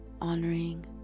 honoring